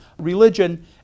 religion